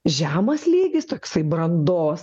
žemas lygis toksai brandos